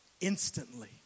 Instantly